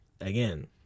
again